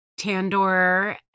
tandoor